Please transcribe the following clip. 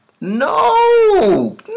No